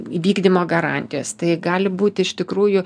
įvykdymo garantijos tai gali būt iš tikrųjų